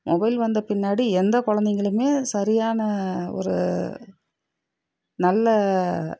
mobile வந்த பின்னாடி எந்த குழந்தைங்களுமே சரியான ஒரு நல்ல